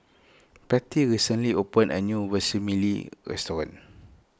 Patty recently opened a new Vermicelli restaurant